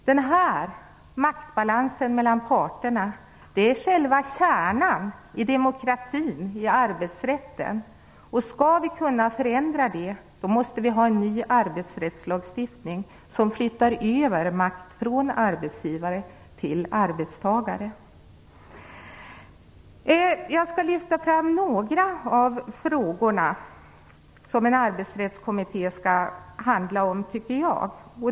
Den här maktbalansen mellan parterna är själv kärnan i demokratin i arbetsrätten. Skall vi kunna förändra detta måste vi ha en ny arbetsrättslagstiftning som flyttar över makt från arbetsgivare till arbetstagare. Jag skall lyfta fram några av de frågor som jag anser att en arbetsrättskommitté skall behandla.